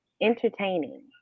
entertaining